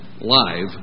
live